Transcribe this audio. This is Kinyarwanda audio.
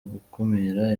gukumira